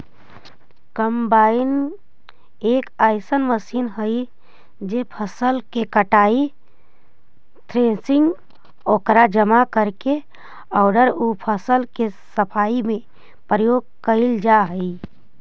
combine एक अइसन machine हई जे फसल के कटाई, थ्रेसिंग, ओकरा जमा करे औउर उ फसल के सफाई में प्रयोग कईल जा हई